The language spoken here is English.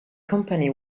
company